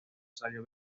salió